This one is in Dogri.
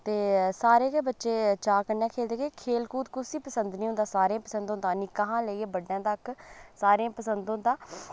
ते सारे गै बच्चे चाऽ कन्नै खेढदे खेढकुद्द कुसी पसंद निं होंदा सारें ई पसंद होंदा निक्के हां लेइयै बड्डें तक सारें ई पसंद होंदा